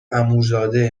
عموزاده